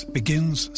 begins